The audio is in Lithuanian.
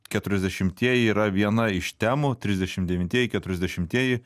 keturiasdešimtieji ji yra viena iš temų trisdešimt devintieji keturiasdešimtieji